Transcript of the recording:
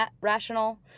rational